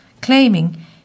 claiming